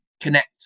connect